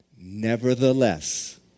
Nevertheless